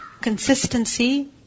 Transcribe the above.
consistency